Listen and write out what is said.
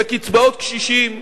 בקצבאות קשישים,